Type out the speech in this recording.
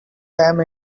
damn